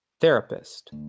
Therapist